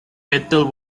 metal